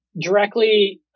directly